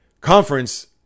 conference